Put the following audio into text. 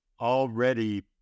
already